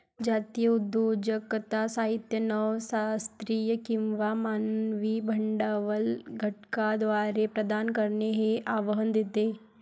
जातीय उद्योजकता साहित्य नव शास्त्रीय किंवा मानवी भांडवल घटकांद्वारे प्रदान करणे हे आव्हान देते